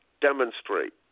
demonstrate